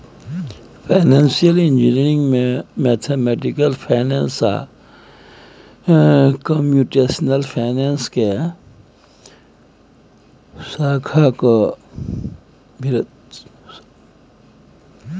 financial engineering में mathematical finance आ computational finance के शाखाओं मिलल रहइ छइ